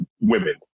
women